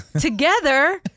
together